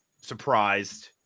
surprised